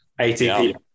ATP